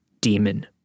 demon